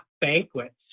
banquets